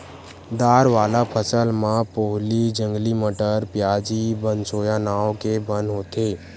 दार वाला फसल म पोहली, जंगली मटर, प्याजी, बनसोया नांव के बन होथे